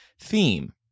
theme